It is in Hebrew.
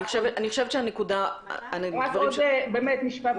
אני חושבת שהנקודה --- רק עוד משפט אחרון.